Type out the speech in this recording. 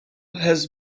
has